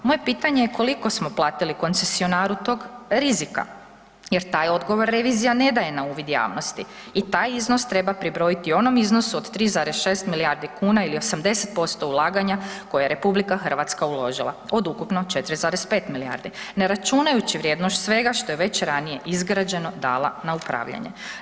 Moje pitanje je koliko smo platili koncesionaru tog rizika jer taj odgovor revizija ne daje na uvid javnosti i taj iznos treba pribrojiti onom iznosu od 3,6 milijardi kuna ili 80% ulaganja koje je RH uložila od ukupno 4,5 milijardi ne računajući vrijednost svega što je već ranije izgrađeno dala na upravljanje?